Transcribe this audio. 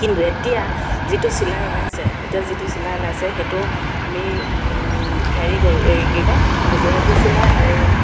কিন্তু এতিয়া যিটো চিলাই ওলাইছে এতিয়া যিটো চিলাই ওলাইছে সেইটো আমি হেৰি কৰোঁ এই কি কয় গুজৰাটী চিলাই আৰু